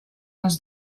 les